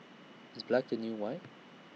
is black the new white